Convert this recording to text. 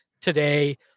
today